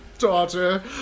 daughter